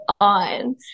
on